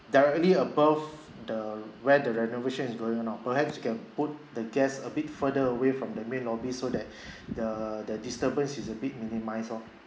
directly above the where the renovation is going on perhaps can put the guests a bit further away from the main lobby so that the the disturbance is a bit minimised ah